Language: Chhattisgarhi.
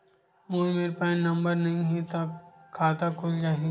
मोर मेर पैन नंबर नई हे का खाता खुल जाही?